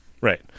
Right